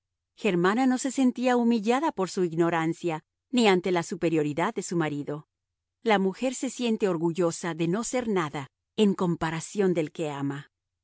germana no se sentía humillada por su ignorancia ni ante la superioridad de su marido la mujer se siente orgullosa de no ser nada en comparación del que ama